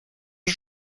was